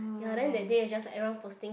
ya then that day is just like everyone posting